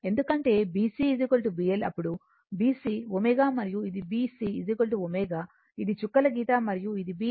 ఎందుకంటే BC BL అప్పుడు BC ω మరియు ఇది BC ω ఇది చుక్కల గీత మరియు ఇది BL ω